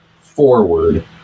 forward